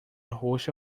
roxa